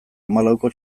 hamalauko